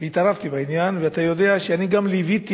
והתערבתי בעניין, ואתה יודע שאני גם ליוויתי